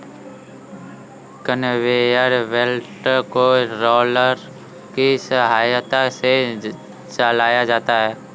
conveyor belt को roller की सहायता से चलाया जाता है